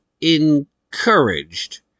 encouraged